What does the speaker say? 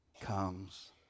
comes